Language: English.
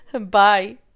Bye